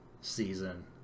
season